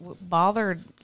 bothered